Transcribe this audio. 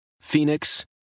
Phoenix